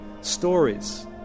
stories